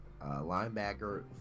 linebacker